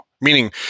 Meaning